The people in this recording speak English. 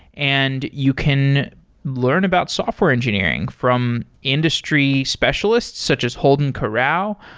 and you can learn about software engineering from industry specialists, such as holden karau,